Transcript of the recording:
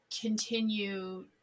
continue